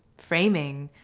framing,